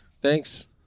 Thanks